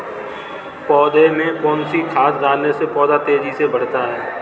पौधे में कौन सी खाद डालने से पौधा तेजी से बढ़ता है?